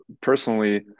personally